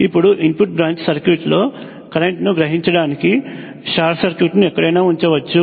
ఇప్పుడు input branch సర్క్యూట్లో కరెంట్ను గ్రహించడానికి షార్ట్ సర్క్యూట్ ను ఎక్కడైనా ఉంచవచ్చు